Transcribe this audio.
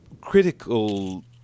critical